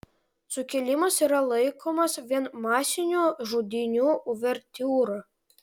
sukilimas yra laikomas vien masinių žudynių uvertiūra